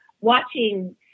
watching